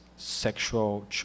sexual